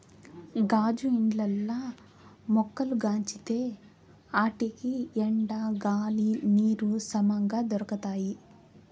గాజు ఇండ్లల్ల మొక్కలు పెంచితే ఆటికి ఎండ, గాలి, నీరు సమంగా దొరకతాయి